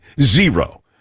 Zero